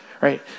right